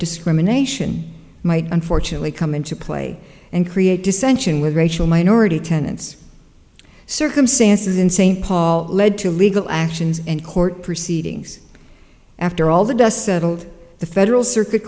discrimination might unfortunately come into play and create dissension with racial minority tenants circumstances in st paul led to legal actions and court proceedings after all the dust settled the federal circuit